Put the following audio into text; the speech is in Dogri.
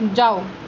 जाओ